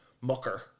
mucker